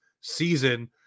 season